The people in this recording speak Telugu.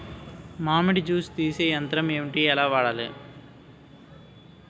మామిడి జూస్ తీసే యంత్రం ఏంటి? ఎలా వాడాలి?